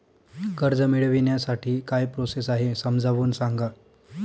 कर्ज मिळविण्यासाठी काय प्रोसेस आहे समजावून सांगा